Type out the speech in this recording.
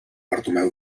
bartomeu